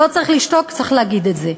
לא צריך לשתוק, צריך להגיד את זה.